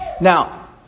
Now